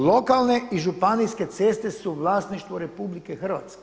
Lokalne i županijske ceste su vlasništvo RH.